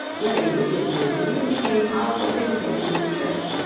very wicked men even became powerful dignitaries in the church.